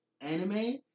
anime